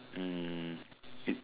um it